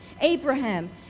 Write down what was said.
Abraham